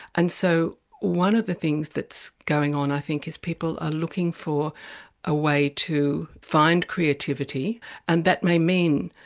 and so one of the things that's going on, i think, is people are looking for a way to find creativity and that may mean.